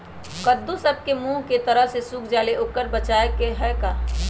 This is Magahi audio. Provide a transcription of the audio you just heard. कददु सब के मुँह के तरह से सुख जाले कोई बचाव है का?